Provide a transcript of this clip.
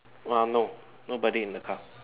uh no nobody in the car